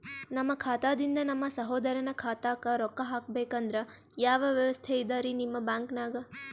ನಮ್ಮ ಖಾತಾದಿಂದ ನಮ್ಮ ಸಹೋದರನ ಖಾತಾಕ್ಕಾ ರೊಕ್ಕಾ ಹಾಕ್ಬೇಕಂದ್ರ ಯಾವ ವ್ಯವಸ್ಥೆ ಇದರೀ ನಿಮ್ಮ ಬ್ಯಾಂಕ್ನಾಗ?